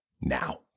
now